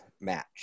match